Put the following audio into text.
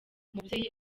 umubyeyi